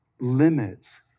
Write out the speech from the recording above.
limits